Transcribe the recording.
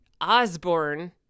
Osborne